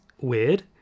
weird